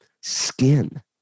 skin